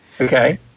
Okay